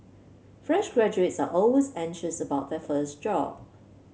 fresh graduates are always anxious about their first job